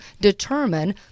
determine